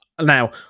now